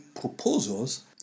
proposals